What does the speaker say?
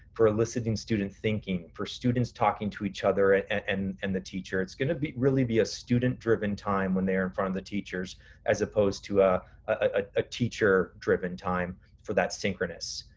for eliciting student thinking, for students talking to each other and and and the teacher. it's gonna be really be a student driven time when they're in front of the teachers as opposed to a ah teacher driven time for that synchronous.